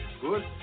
good